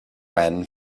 when